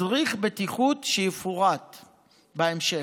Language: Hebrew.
מדריך בטיחות, שיפורט בהמשך.